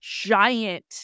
giant